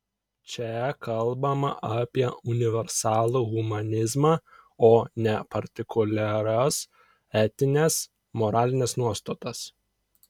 čia kalbama apie universalų humanizmą o ne partikuliaras etines moralines nuostatas